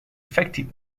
effective